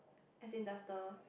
as in does the